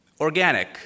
organic